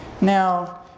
Now